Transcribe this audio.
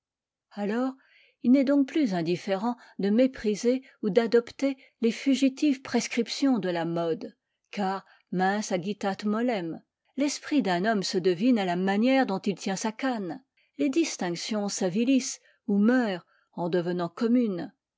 alors il n'est donc plus indifférent de mépriser ou d'adopter les fugitives prescriptions de la mode car mens agitât molem l'esprit d'un homme se devine à la manière dont il tient sa canne les distinctions s'avilissent ou meurent en devenant communes